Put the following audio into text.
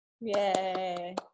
Yay